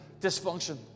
dysfunction